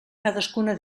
cadascuna